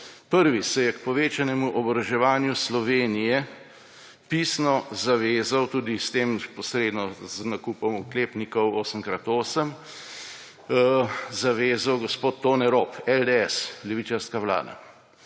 Prvi se je k povečanemu oboroževanju Slovenije pisno zavezal, tudi s tem posredno z nakupom oklepnikov 8x8, gospod Tone Rop, LDS, levičarska vlada.